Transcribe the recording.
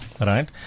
Right